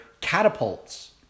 catapults